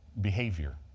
behavior